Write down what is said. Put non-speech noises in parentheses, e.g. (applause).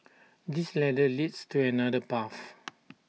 this ladder leads to another path (noise)